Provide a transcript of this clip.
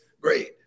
Great